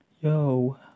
Yo